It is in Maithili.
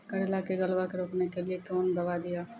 करेला के गलवा के रोकने के लिए ली कौन दवा दिया?